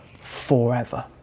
forever